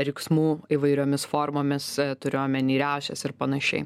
riksmų įvairiomis formomis turiu omeny riaušes ir panašiai